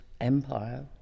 empire